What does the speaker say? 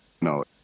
No